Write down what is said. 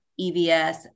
EVS